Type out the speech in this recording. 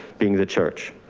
being the church